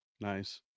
Nice